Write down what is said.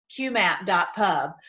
QMAP.pub